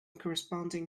corresponding